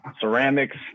ceramics